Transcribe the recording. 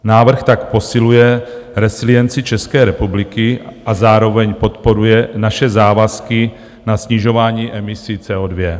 Návrh tak posiluje resilienci České republiky a zároveň podporuje naše závazky na snižování emisí CO2.